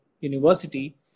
university